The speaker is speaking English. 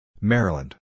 Maryland